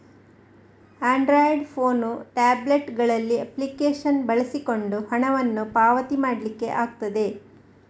Android phone, tablet ಗಳಲ್ಲಿ application ಬಳಸಿಕೊಂಡು ಹಣವನ್ನ ಪಾವತಿ ಮಾಡ್ಲಿಕ್ಕೆ ಆಗ್ತದೆ